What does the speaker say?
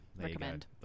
Recommend